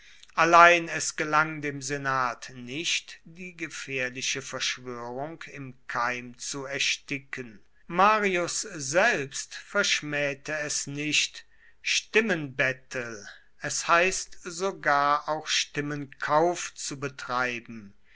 allein es gelang dem senat nicht die gefährliche verschwörung im keim zu ersticken marius selbst verschmähte es nicht stimmenbettel es heißt sogar auch stimmenkauf zu betreiben